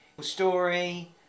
story